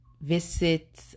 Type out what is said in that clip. Visit